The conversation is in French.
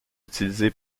utilisé